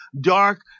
dark